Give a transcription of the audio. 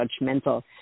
judgmental